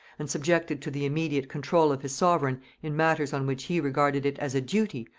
and subjected to the immediate control of his sovereign in matters on which he regarded it as a duty,